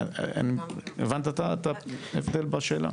הבנת את ההבדל בשאלה?